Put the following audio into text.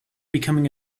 becoming